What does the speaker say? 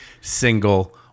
single